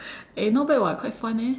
eh not bad [what] quite fun eh